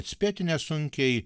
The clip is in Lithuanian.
atspėti nesunkiai